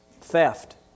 Theft